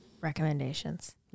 recommendations